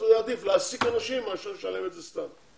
אז הוא יעדיף להעסיק אנשים מאשר לשלם את זה סתם.